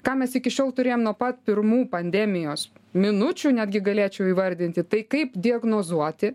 ką mes iki šiol turėjom nuo pat pirmų pandemijos minučių netgi galėčiau įvardinti tai kaip diagnozuoti